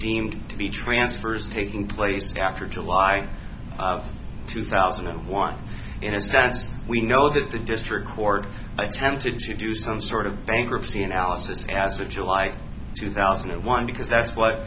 deemed to be transfers taking place after july two thousand and one in a sense we know that the district court it's tempted to do some sort of bankruptcy analysis as of july two thousand and one because that's what